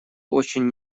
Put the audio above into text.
очень